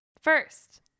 first